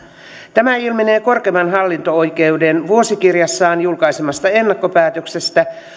tämä ilmenee korkeimman hallinto oikeuden vuosikirjassaan julkaisemasta ennakkopäätöksestä